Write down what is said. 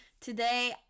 today